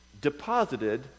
deposited